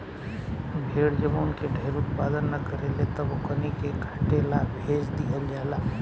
भेड़ जब ऊन के ढेर उत्पादन न करेले तब ओकनी के काटे ला भेज दीहल जाला